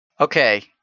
Okay